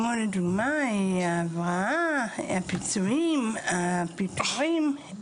למשל, הבראה, פיצויים ופיטורין.